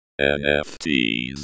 NFTs